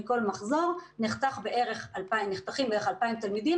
מכול מחזור נחתכים בערך 2,000 תלמידים